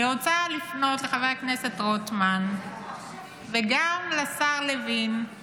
אני רוצה לפנות לחבר הכנסת רוטמן וגם לשר לוין,